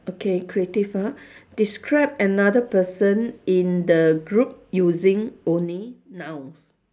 okay creative ah describe another person in the group using only nouns